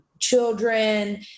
children